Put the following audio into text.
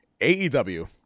AEW